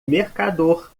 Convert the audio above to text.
mercador